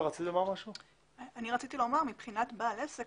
רציתי לומר שמבחינת בעל עסק,